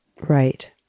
Right